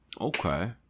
Okay